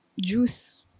juice